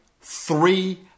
three